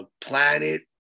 planet